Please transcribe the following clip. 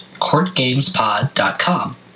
CourtGamesPod.com